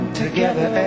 together